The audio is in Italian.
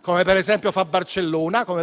come per esempio si fa a Barcellona o